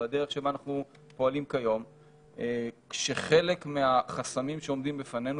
בדרך שבה אנחנו פועלים כיום כשחלק מהחסמים שעומדים לפנינו,